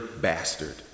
Bastard